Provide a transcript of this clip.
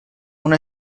una